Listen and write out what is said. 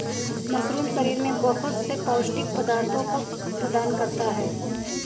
mushroom शरीर में बहुत से पौष्टिक पदार्थों को प्रदान करता है